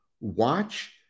watch